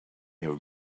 have